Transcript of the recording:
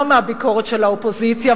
לא מהביקורת של האופוזיציה,